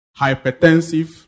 hypertensive